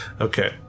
Okay